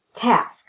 task